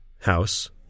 house